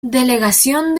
delegación